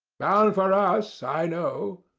bound for us, i know.